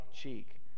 cheek